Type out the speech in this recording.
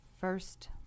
first